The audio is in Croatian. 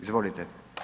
Izvolite.